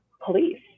police